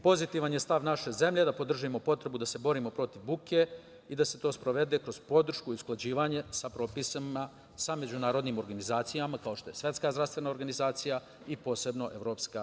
Pozitivan je stav naše zemlje da podržimo potrebu da se borimo protiv buke i da se to sprovede kroz podršku i usklađivanje sa propisima sa međunarodnim organizacijama, kao što je Svetska zdravstvena organizacija i posebno EU.